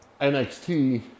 NXT